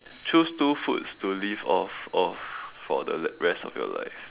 choose two foods to live off of for the rest of your life